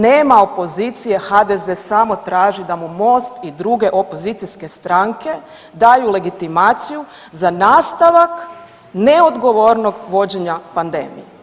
Nema opozicije HDZ samo traži da mu MOST i druge opozicijske strane daju legitimaciju za nastavak neodgovornog vođenja pandemije.